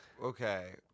Okay